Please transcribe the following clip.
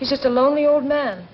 he's just a lonely old man